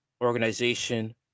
organization